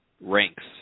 ranks